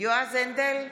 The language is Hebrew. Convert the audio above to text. יועז הנדל,